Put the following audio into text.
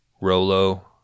Rolo